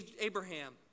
Abraham